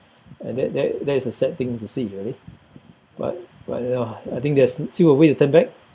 and that that that is a sad thing to see really but but you know I think there's still a way to turn back